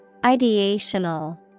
Ideational